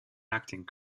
acting